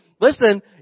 listen